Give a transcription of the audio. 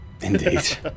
Indeed